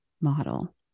model